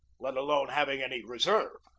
let alone having any reserve.